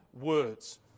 words